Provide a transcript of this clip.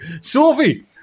Sophie